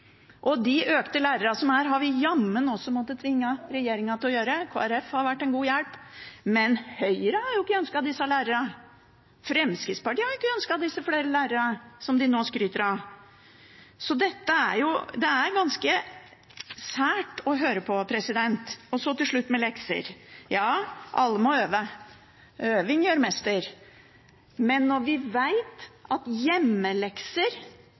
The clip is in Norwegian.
vi jammen måttet tvinge regjeringen til å gjøre. Kristelig Folkeparti har vært til god hjelp, men Høyre har jo ikke ønsket disse lærerne. Fremskrittspartiet har ikke ønsket de ekstra lærerne som de nå skryter av. Dette er ganske sært å høre på. Så til slutt til lekser: Ja, alle må øve. Øving gjør mester. Men når vi vet at hjemmelekser